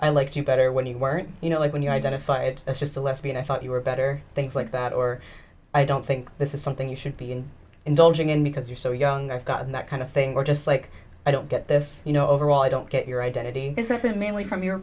i liked you better when you weren't you know like when you're identified as just a lesbian i thought you were better things like that or i don't think this is something you should be indulging in because you're so young i've gotten that kind of thing we're just like i don't get this you know overall i don't get your identity mainly from your